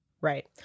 Right